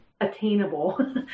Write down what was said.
attainable